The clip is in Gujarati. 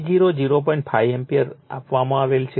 5 એમ્પીયર આપવામાં આવેલ છે